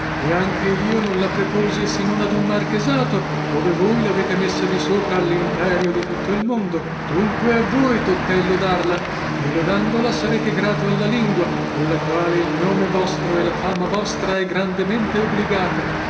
e anche io non la preposi se non ad un marchesato ove voi lavete messa disopra allimperio di tutto l mondo dunque a voi tocca il lodarla ché lodandola sarete grato alla lingua alla quale il nome vostro e la fama vostra è grandemente obligata